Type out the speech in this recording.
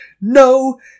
no